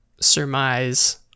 surmise